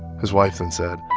his wife then said,